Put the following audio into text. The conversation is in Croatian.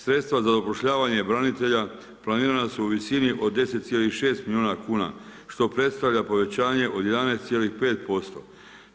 Sredstva za zapošljavanje branitelja planirana su u visini od 10,6 milijuna kuna što predstavlja povećanje od 11,5%